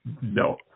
No